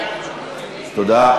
תודה.